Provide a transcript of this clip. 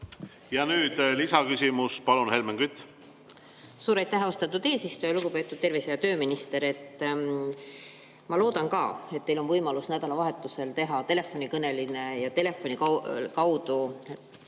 Ja nüüd lisaküsimus. Palun, Helmen Kütt! Suur aitäh, austatud eesistuja! Lugupeetud tervise- ja tööminister! Ma loodan ka, et teil on võimalus nädalavahetusel teha telefonikõne kaudu